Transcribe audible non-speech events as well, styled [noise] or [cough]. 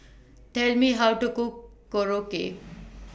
Tell Me How to Cook Korokke [noise]